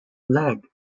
leg